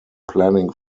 planning